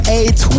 eight